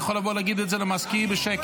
יכול לבוא להגיד את זה למזכיר בשקט.